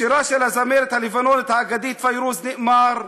בשירה של הזמרת הלבנונית האגדית פיירוז נאמר: